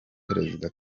perezida